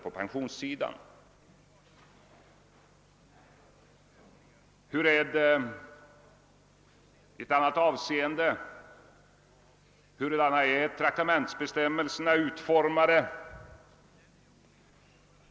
Jag vill också ta upp förhållandena i ett annat avseende, nämligen när det gäller traktamentsbestämmelsernas utformning i skattelagstiftningen.